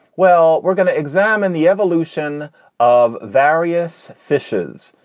well, we're gonna examine the evolution of various fishes.